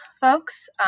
folks